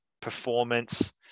performance